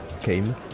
came